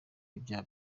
ibyaha